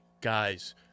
guys